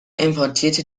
importierte